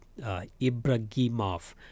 Ibrahimov